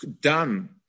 done